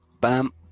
Bam